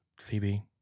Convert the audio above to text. Phoebe